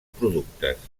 productes